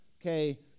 okay